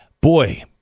boy